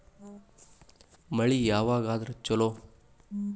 ಮಳಿ ಯಾವಾಗ ಆದರೆ ಛಲೋ?